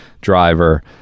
driver